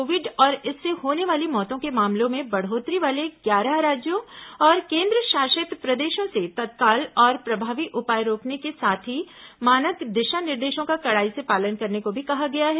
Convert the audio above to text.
Covid और इससे होने वाली मौतों के मामलों में बढ़ोतरी वाले ग्यारह राज्यों और केन्द्रशासित प्रदेशों से तत्काल और प्रभावी उपाय करने के साथ ही मानक दिशा निर्देशों का कड़ाई से पालन करने को भी कहा गया है